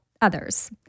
others